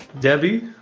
Debbie